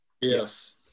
Yes